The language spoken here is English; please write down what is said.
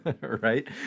right